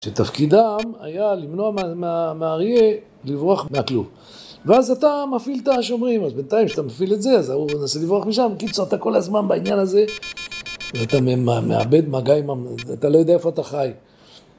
שתפקידם היה למנוע מהאריה לברוח מהכלום ואז אתה מפעיל את השומרים אז בינתיים כשאתה מפעיל את זה אז אמרו ננסה לברוח משם בקיצור אתה כל הזמן בעניין הזה ואתה מאבד מגע, אתה לא יודע איפה אתה חי